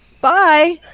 Bye